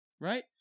right